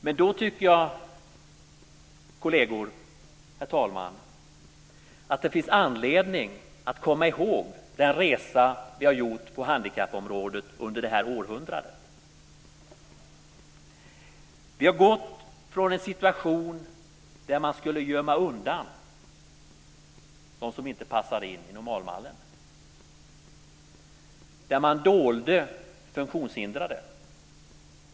Jag tycker, herr talman och kolleger, att det finns anledning att komma ihåg den resa vi har gjort på handikappområdet under det här århundradet. Vi har gått från en situation där man skulle gömma undan dem som inte passade in i normalmallen och där man dolde funktionshindrade.